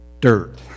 Dirt